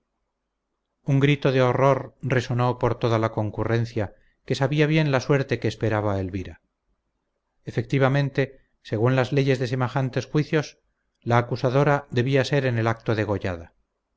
un grito de horror resonó por toda la concurrencia que sabía bien la suerte que esperaba a elvira efectivamente según las leyes de semejantes juicios la acusadora debía ser en el acto degollada